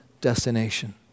destination